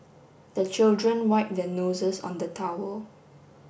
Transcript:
the children wipe their noses on the towel